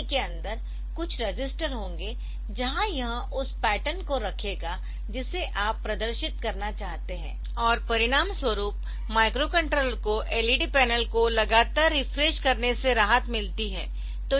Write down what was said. तो LCD के अंदर कुछ रजिस्टर होंगे जहां यह उस पैटर्न को रखेगा जिसे आप प्रदर्शित करना चाहते है और परिणामस्वरूप माइक्रोकंट्रोलर को LED पैनल को लगातार रिफ्रेश करने से राहत मिलती है